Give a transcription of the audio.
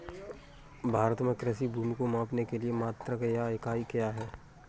भारत में कृषि भूमि को मापने के लिए मात्रक या इकाई क्या है?